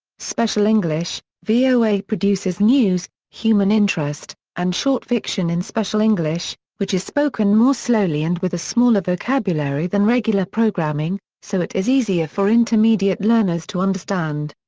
special english voa produces news, human interest, and short fiction in special english, which is spoken more slowly and with a smaller vocabulary than regular programming, so it is easier for intermediate learners to understand.